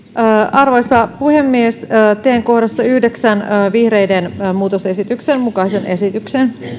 arvoisa puhemies teen vihreiden muutosesityksen mukaisen esityksen